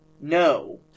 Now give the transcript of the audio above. no